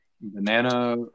banana